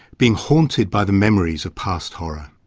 being haunted by the memories of past horror.